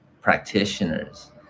practitioners